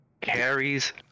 Carries